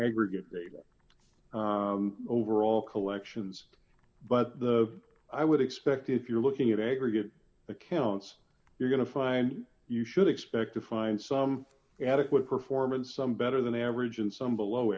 aggregate overall collections but the i would expect if you're looking at aggregate accounts you're going to find you should expect to find some adequate performance some better than average and some below